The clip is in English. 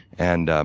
and